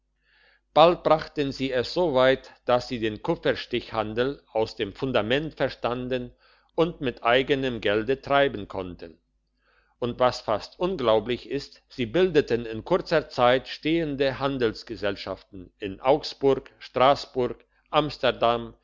bald brachten sie es so weit dass sie den kupferstichhandel aus dem fundament verstanden und mit eigenem gelde treiben konnten und was fast unglaublich ist sie bildeten in kurzer zeit stehende handelsgesellschaften in augsburg strassburg amsterdam